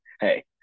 hey